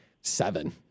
seven